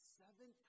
seven